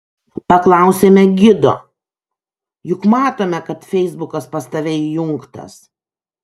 paklausėme gido juk matome kad feisbukas pas tave įjungtas